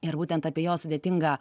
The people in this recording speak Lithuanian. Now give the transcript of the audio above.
ir būtent apie jo sudėtingą